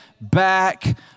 back